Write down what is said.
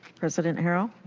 president herald.